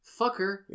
fucker